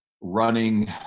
running